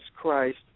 Christ